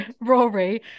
Rory